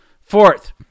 Fourth